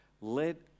let